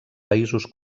països